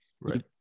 Right